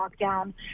lockdown